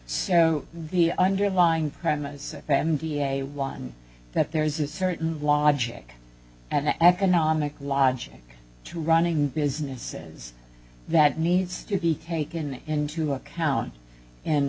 know the underlying premises randy a one that there is a certain logic and economic logic to running businesses that needs to be taken into account and